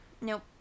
Nope